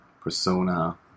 persona